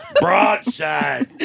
Broadside